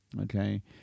okay